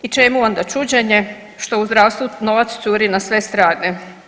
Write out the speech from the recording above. I čemu onda čuđenje što u zdravstvu novac curi na sve strane.